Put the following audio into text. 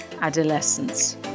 adolescence